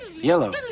Yellow